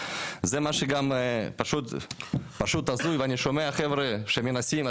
זה פשוט הזוי ואני שומע חבר'ה שמנסים,